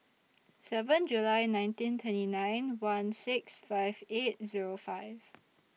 seven July nineteen twenty nine one six five eight Zero five